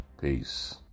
Peace